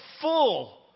full